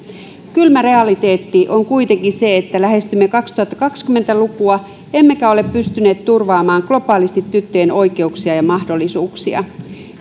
kylmä realiteetti on kuitenkin se että lähestymme kaksituhattakaksikymmentä lukua emmekä ole pystyneet turvaamaan globaalisti tyttöjen oikeuksia ja mahdollisuuksia